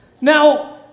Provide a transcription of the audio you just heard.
Now